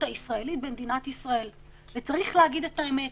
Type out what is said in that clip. הישראלית במדינת ישראל; וצריך להגיד את האמת,